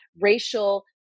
racial